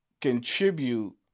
contribute